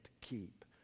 keep